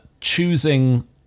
choosing